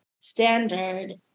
standard